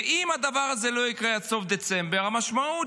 ואם הדבר הזה לא יקרה עד סוף דצמבר המשמעות